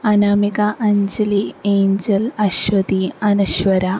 Anamika Anjali Angel Aswathy Anaswara